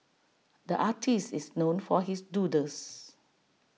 the artist is known for his doodles